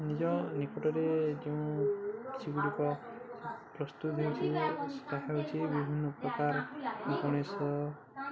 ନିଜ ନିକଟରେ ଯେଉଁ କିଛି ଗୁଡ଼ିକ ପ୍ରସ୍ତୁତ ହେଉଚି ଦେଖାଯାଉଚି ବିଭିନ୍ନପ୍ରକାର ଗଣେଶ